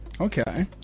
Okay